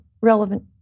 relevant